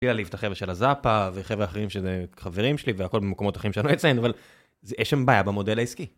בלי להעליב את החבר'ה של הזאפה וחבר'ה אחרים שזה חברים שלי והכל במקומות אחרים שאני לא אציין אבל יש שם בעיה במודל העסקי.